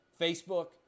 Facebook